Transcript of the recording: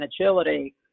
agility